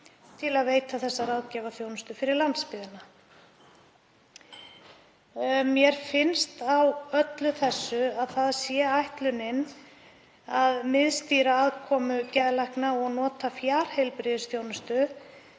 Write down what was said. til að veita þessa ráðgjafarþjónustu fyrir landsbyggðina. Mér finnst á öllu þessu að ætlunin sé að miðstýra aðkomu geðlækna og nota fjarheilbrigðisþjónustu